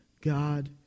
God